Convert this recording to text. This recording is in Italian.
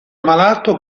malato